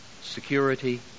security